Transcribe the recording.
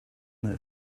that